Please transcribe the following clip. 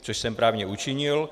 Což jsem právě učinil.